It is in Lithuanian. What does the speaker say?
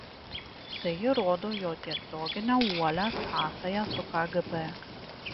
tai įrodo jo tiesioginę uolią sąsają su kgb